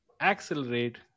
accelerate